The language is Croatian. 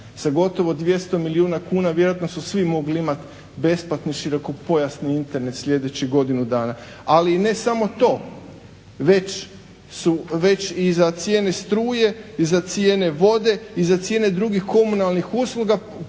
Sa gotovo 200 milijuna kuna vjerojatno su svi mogli imat besplatni širokopojasni Internet sljedećih godinu dana. Ali i ne samo to, već i za cijene struje, i za cijene vode, i za cijene drugih komunalnih usluga,